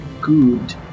good